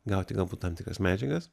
gauti galbūt tam tikras medžiagas